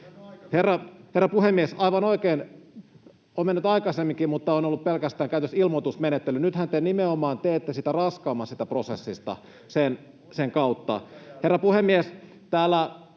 Herra puhemies! Aivan oikein, on mennyt aikaisemminkin, mutta on ollut pelkästään käytössä ilmoitusmenettely. Nythän te nimenomaan teette siitä prosessista raskaamman sen kautta. Herra puhemies! Täällä